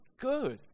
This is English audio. good